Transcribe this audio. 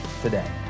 today